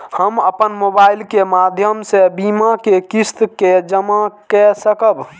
हम अपन मोबाइल के माध्यम से बीमा के किस्त के जमा कै सकब?